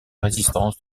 résistance